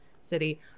city